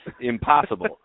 impossible